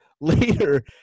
later